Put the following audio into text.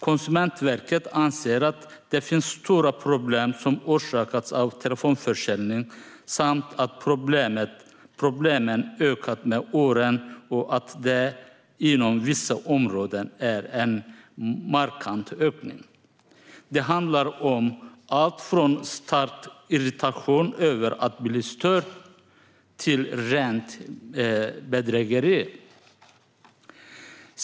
Konsumentverket anser att stora problem orsakats av telefonförsäljning samt att problemen ökat med åren och att ökningen inom vissa områden är markant. Det handlar om allt från stark irritation över att bli störd till rent bedrägeri.